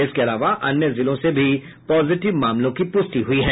इसके अलावा अन्य जिलों से भी पॉजिटिव मामलों की पुष्टि हुई है